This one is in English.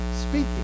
speaking